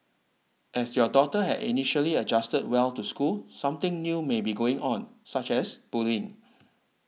as your daughter had initially adjusted well to school something new may be going on such as bullying